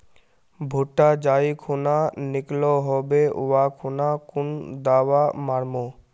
भुट्टा जाई खुना निकलो होबे वा खुना कुन दावा मार्मु?